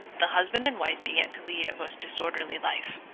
the husband and wife began to lead a most disorderly life,